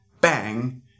bang